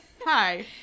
Hi